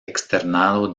externado